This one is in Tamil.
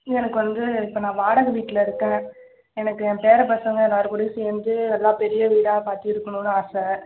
எனக்கு வந்து இப்போ நான் வாடகை வீட்டில் இருக்கேன் எனக்கு என் பேர பசங்கள் எல்லாருக்கூடயும் சேர்ந்து நல்லா பெரிய வீடாக பார்த்து இருக்கணும்னு ஆசை